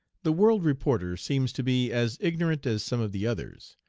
the world reporter seems to be as ignorant as some of the others.